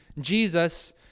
Jesus